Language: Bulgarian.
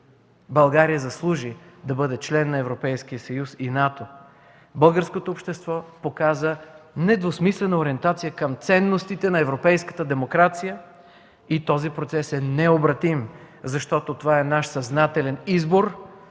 България заслужи да бъде член на Европейския съюз и НАТО. Българското общество показа недвусмислена ориентация към ценностите на европейската демокрация и този процес е необратим, защото това е наш съзнателен избор,